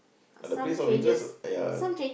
the place of interest uh ya